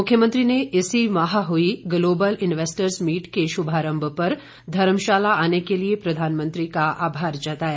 मुख्यमंत्री ने इसी माह हुई ग्लोबल इन्वेस्टर्स मीट के शुभारंभ पर धर्मशाला आने के लिए प्रधानमंत्री का आभार जताया